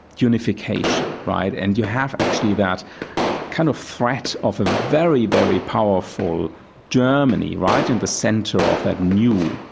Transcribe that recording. unification, right? and you have actually that kind of threat of a very, very powerful germany right in the centre of that new,